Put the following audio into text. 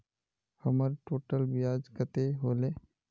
हमर टोटल ब्याज कते होले?